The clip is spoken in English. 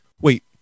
wait